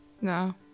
No